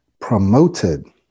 promoted